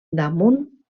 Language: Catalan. damunt